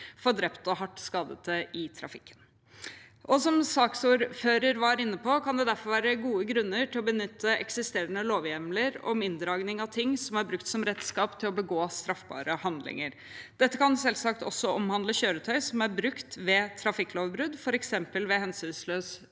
for drepte og hardt skadde i trafikken. Som saksordføreren var inne på, kan det derfor være gode grunner til å benytte eksisterende lovhjemler om inndragning av ting som er brukt som redskap til å begå straffbare handlinger. Dette kan selvsagt også omhandle kjøretøy som er brukt ved trafikklovbrudd, f.eks. ved hensynsløs